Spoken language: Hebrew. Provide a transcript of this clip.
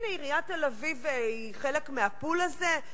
הנה, עיריית תל-אביב היא חלק מה"פול" הזה.